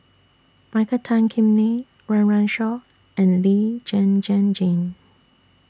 Michael Tan Kim Nei Run Run Shaw and Lee Zhen Zhen Jane